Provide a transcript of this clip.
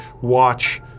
watch